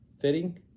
fitting